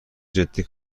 جدی